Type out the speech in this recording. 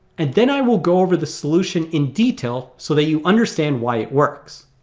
and then i will go over the solution in detail. so that you understand why it works